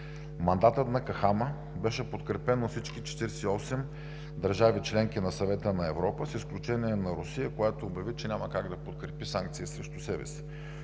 Мандатът на КАХАМА беше подкрепен от всички 48 държави – членки на Съвета на Европа, с изключение на Русия, която обяви, че няма как да подкрепи санкции срещу себе си.